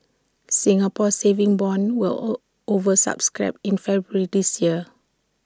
Singapore saving bonds were O over subscribed in February this year